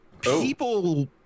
People